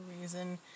reason